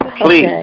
Please